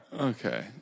Okay